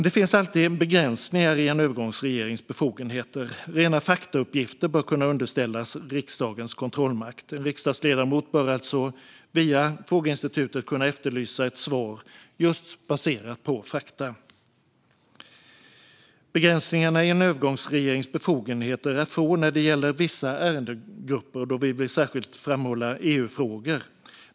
Det finns alltid begränsningar i en övergångsregerings befogenheter. Rena faktauppgifter bör kunna underställas riksdagens kontrollmakt. En riksdagsledamot bör alltså via frågeinstitutet kunna efterlysa ett svar just baserat på fakta. Begränsningarna i en övergångsregerings befogenheter är få när det gäller vissa ärendegrupper, och då vill vi särskilt framhålla EU-frågor.